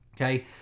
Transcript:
Okay